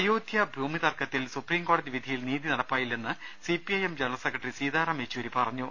അയോധ്യ ഭൂമി തർക്കത്തിൽ സുപ്രീംകോടതി വിധിയിൽ നീതി നടപ്പായില്ലെന്ന് CPIM general secretary Sitaram Yechury പറഞ്ഞു